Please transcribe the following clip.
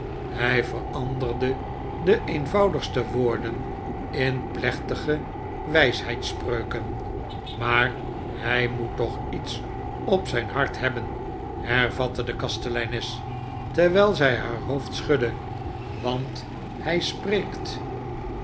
hij veranderde de eenvoudigste woorden in plechtige wijsheidsspreuken maar hij moet toch iets op zijn hart hebben hervatte de kasteleines terwijl zij haar hoofd schudde want hij spreekt